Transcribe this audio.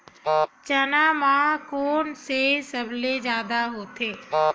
चना म कोन से सबले जादा होथे?